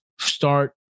start